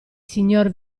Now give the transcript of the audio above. signor